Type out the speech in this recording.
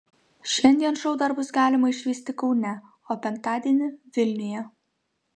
šiandien šou dar bus galima išvysti kaune o penktadienį vilniuje